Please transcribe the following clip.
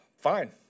fine